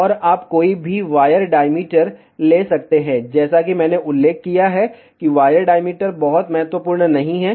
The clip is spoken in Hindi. और आप कोई भी वायर डाईमीटर ले सकते हैं जैसा कि मैंने उल्लेख किया है कि वायर डाईमीटर बहुत महत्वपूर्ण नहीं है